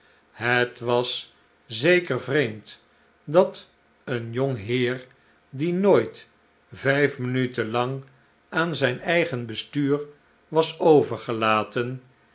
het was zeker vreemd dat een jong heer die nooit vijf minuten lang aan zijn eigen bestuur i jm i slechte tijden was overgelaten